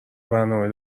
برنامه